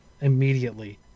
immediately